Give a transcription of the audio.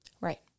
Right